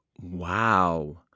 Wow